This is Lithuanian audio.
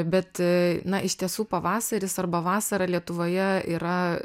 bet na iš tiesų pavasaris arba vasara lietuvoje yra